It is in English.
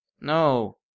No